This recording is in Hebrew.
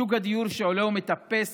שוק הדיור עולה ומטפס